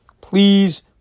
please